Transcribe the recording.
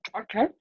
Okay